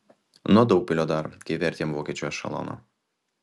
nuo daugpilio dar kai vertėm vokiečių ešeloną